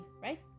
right